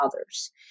others